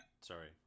sorry